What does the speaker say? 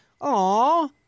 aw